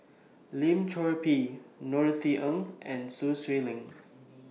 Lim Chor Pee Norothy Ng and Sun Xueling